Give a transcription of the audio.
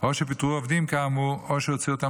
או שפיטרו עובדים כאמור או שהוציאו אותם